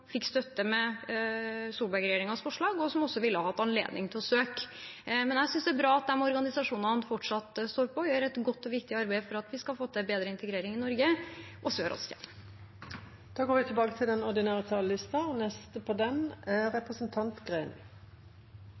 fikk støtte med Solberg-regjeringens forslag, og som også ville hatt anledning til å søke. Men jeg synes det er bra at de organisasjonene fortsatt står på og gjør et godt og viktig arbeid for at vi skal få til bedre integrering i Norge også i årene som kommer. Senterpartiet er opptatt av å føre en ansvarlig og anstendig flyktningpolitikk som bygger på